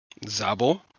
Zabo